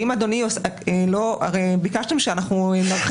ואם אדוני הרי ביקשתם שאנחנו נרחיב